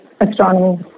astronomy